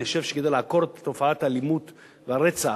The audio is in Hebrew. אני חושב שכדי באמת לעקור את תופעת האלימות והרצח